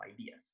ideas